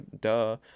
duh